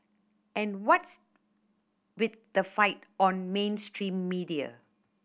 and what's with the fight on mainstream media